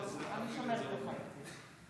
אני שומרת לך את זה.